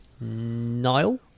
Niall